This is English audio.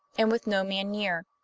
and with no man near.